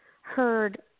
heard